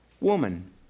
Woman